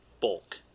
bulk